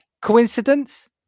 coincidence